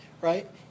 Right